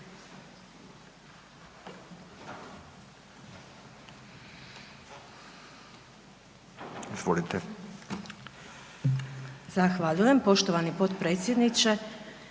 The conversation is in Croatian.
Hvala lijepo, poštovani potpredsjedniče.